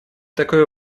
такое